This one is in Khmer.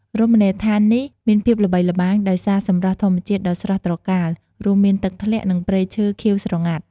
រមណីយដ្ឋាននេះមានភាពល្បីល្បាញដោយសារសម្រស់ធម្មជាតិដ៏ស្រស់ត្រកាល រួមមាន ទឹកធ្លាក់ និង ព្រៃឈើខៀវស្រងាត់។